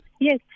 yes